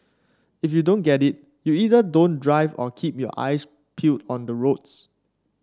if you don't get it you either don't drive or keep your eyes peeled on the roads